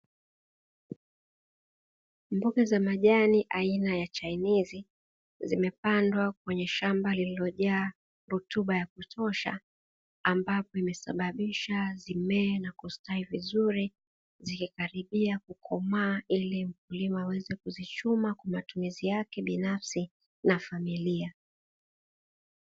Mboga za majani aina ya chainizi zimepandwa kwenye shamba lililojaa rutuba ya kutosha, ambapo imesababisha zimee na kustawi vizuri zikikaribia kukomaa ili mkulima aweze kuzichuma kwa matumizi yake binafsi na familia.